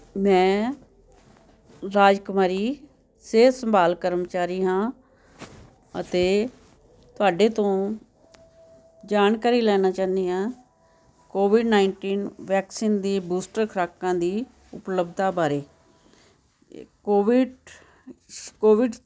ਮੈਂ ਰਾਜਕੁਮਾਰੀ ਸਿਹਤ ਸੰਭਾਲ ਕਰਮਚਾਰੀ ਹਾਂ ਅਤੇ ਤੁਹਾਡੇ ਤੋਂ ਜਾਣਕਾਰੀ ਲੈਣਾ ਚਾਹੁੰਦੀ ਹਾਂ ਕੋਵਿਡ ਨਾਈਨਟੀਨ ਵੈਕਸੀਨ ਦੀ ਬੂਸਟਰ ਖੁਰਾਕਾਂ ਦੀ ਉਪਲਬਧਤਾ ਬਾਰੇ ਕੋਵਿਡ ਕੋਵਿਡ